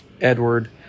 Edward